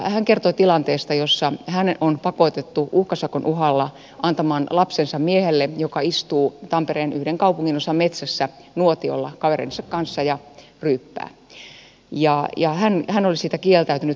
hän kertoi tilanteesta jossa hänet on pakotettu uhkasakon uhalla antamaan lapsensa miehelle joka istuu tampereen yhden kaupunginosan metsässä nuotiolla kavereidensa kanssa ja ryyppää ja hän oli siitä kieltäytynyt